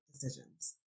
decisions